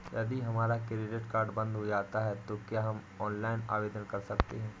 यदि हमारा credit card बंद हो जाता है तो क्या हम ऑनलाइन आवेदन कर सकते हैं?